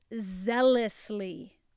zealously